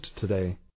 today